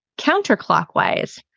counterclockwise